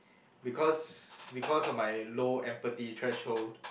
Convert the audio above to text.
because because of my low empathy threshold